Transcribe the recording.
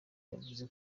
yavuze